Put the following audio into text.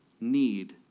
Need